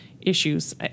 issues